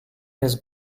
his